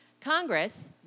Congress